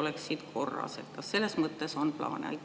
oleksid korras? Kas selles mõttes on plaane?